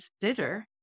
consider